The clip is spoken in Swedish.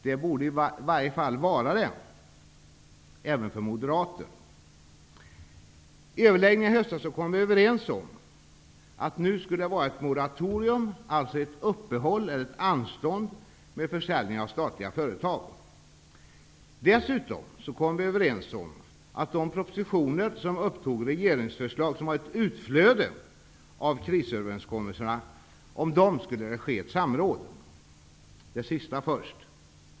Det borde i varje fall vara det, även för moderater. I överläggningarna i höstas kom vi överens om att det skulle vara ett moratorium, alltså ett uppehåll eller ett anstånd, för försäljningen av statliga företag. Dessutom kom vi överens om att det skulle ske ett samråd om de propositioner som upptog regeringsförslag som var ett utflöde av krisöverenskommelserna. Jag tar det sista först.